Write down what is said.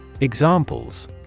Examples